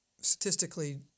statistically